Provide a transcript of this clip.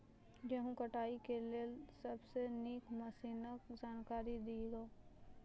गेहूँ कटाई के लेल सबसे नीक मसीनऽक जानकारी दियो?